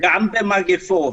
גם במגפות.